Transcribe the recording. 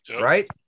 Right